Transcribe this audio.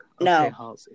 No